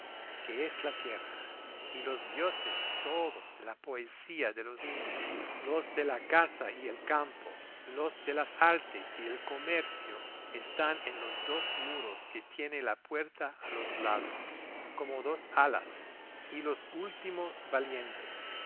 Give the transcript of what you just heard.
que es la tierra y los dioses todos de la poesía de los indios los de la caza y el campo los de las artes y el comercio están en los dos muros que tiene la puerta a los lados como dos alas y los últimos valientes